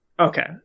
okay